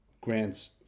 grants